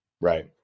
right